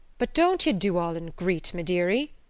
but don't ye dooal an' greet, my deary!